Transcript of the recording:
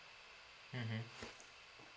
mmhmm